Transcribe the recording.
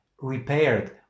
repaired